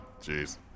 Jeez